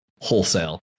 wholesale